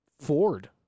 Ford